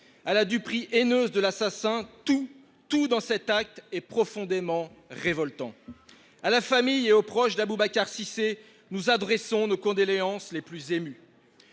à la duprie haineuse de l'assassin, tout, tout dans cet acte est profondément révoltant. À la famille et aux proches d'Aboubacar VI, nous adressons nos condoléances les plus émus.